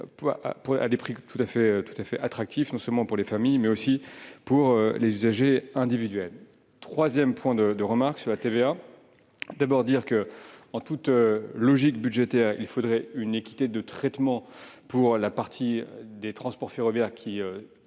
à des prix tout à fait attractifs, non seulement pour les familles, mais aussi pour les usagers individuels. Par ailleurs, en ce qui concerne la TVA, je me dois de dire que, en toute logique budgétaire, il faudrait une équité de traitement pour la partie des transports ferroviaires qui est